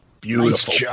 Beautiful